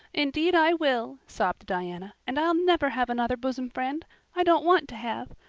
indeed i will, sobbed diana, and i'll never have another bosom friend i don't want to have.